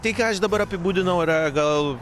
tai ką aš dabar apibūdinau yra gal